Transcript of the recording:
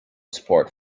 support